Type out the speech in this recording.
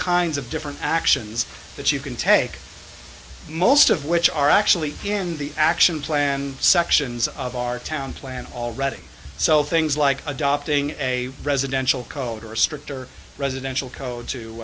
kinds of different actions that you can take most of which are actually in the action plan sections of our town plan already so things like adopting a residential code or a stricter residential